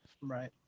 right